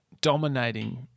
dominating